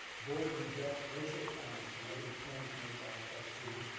board rejects racial comments and negative claims made by a trustee.